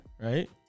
right